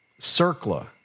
circla